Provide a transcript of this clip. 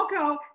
okay